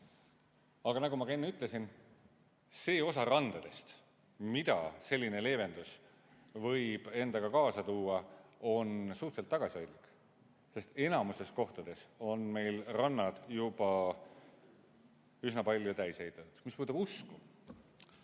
Aga nagu ma ka enne ütlesin, see osa randadest, mida selline leevendus võib endaga kaasa tuua, on suhteliselt tagasihoidlik, sest enamikus kohtades on rannad meil juba üsna palju täis ehitatud. Mis puudutab usku,